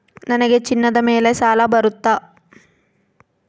ನನಗೆ ಚಿನ್ನದ ಮೇಲೆ ಸಾಲ ಬರುತ್ತಾ?